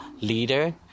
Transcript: leader